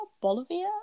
Bolivia